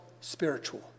spiritual